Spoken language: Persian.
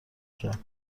کرد